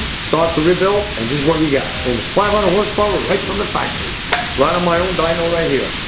stock rebuild, and this is what we got. almost five hundred horsepower, right from the factory, right um my own dyno' right here.